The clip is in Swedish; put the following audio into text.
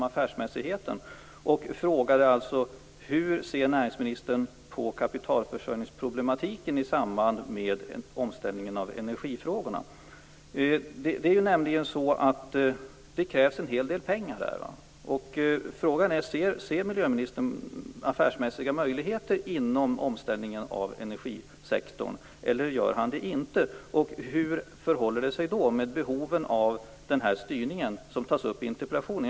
Jag frågade alltså: Hur ser näringsministern på problematiken omkring kapitalförsörjningen i samband med omställningen av energisektorn? Det är nämligen så att det krävs en hel del pengar här. Frågan är om ministern ser affärsmässiga möjligheter inom omställningen av energisektorn. Hur förhåller det sig då med behoven av den här styrningen som tas upp i interpellationen?